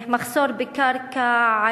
מחסור בקרקע,